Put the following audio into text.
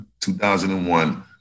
2001